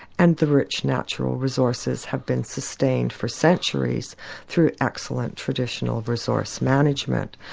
and the rich natural resources have been sustained for centuries through excellent traditional resource management.